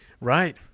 Right